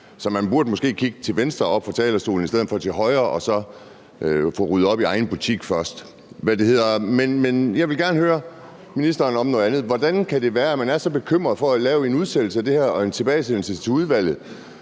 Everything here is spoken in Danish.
Så man burde måske oppe fra talerstolen kigge til venstre i stedet for til højre i salen og så få ryddet op i egen butik først. Men jeg vil gerne høre ministeren om noget andet. Hvordan kan det være, at man er så bekymret for at udsætte det her og sende det tilbage til udvalget?